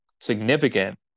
significant